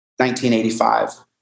1985